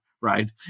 right